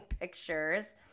pictures